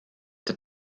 that